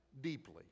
deeply